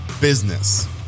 business